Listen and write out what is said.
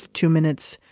two minutes,